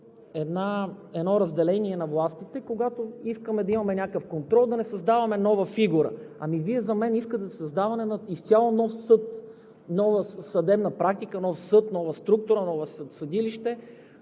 едно разделение на властите, когато искаме да имаме някакъв контрол, да не създаваме нова фигура. Ами Вие за мен искате създаване на изцяло нов съд, нова съдебна практика, нова структура, ново съдилище,